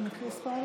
אתה מתחיל לספור לי?